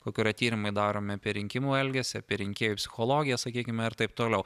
kokie yra tyrimai daromi apie rinkimų elgesį apie rinkėjų psichologiją sakykime ir taip toliau